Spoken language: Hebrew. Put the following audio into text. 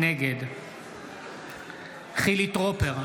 נגד חילי טרופר,